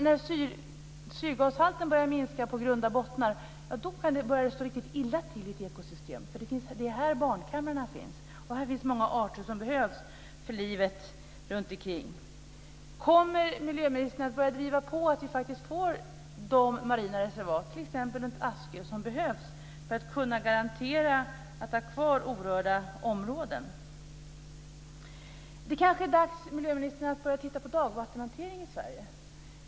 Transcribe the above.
När syrgashalten börjar minska på grunda bottnar kan det börja stå riktigt illa till i ett ekosystem, för det är där barnkamrarna finns. Där finns många arter som behövs för livet runtomkring. Kommer miljöministern att börja driva på för att vi faktiskt får de marina reservat, t.ex. runt Askö, som behövs för att kunna garantera att vi kan ha kvar orörda områden? Det kanske är dags, miljöministern, att börja titta på dagvattenhantering i Sverige.